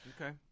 Okay